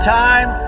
time